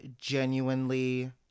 genuinely